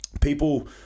people